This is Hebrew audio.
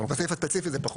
בסעיף הספציפי זה פחות.